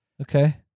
Okay